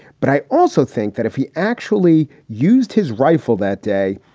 but i also think that if he actually used his rifle that day,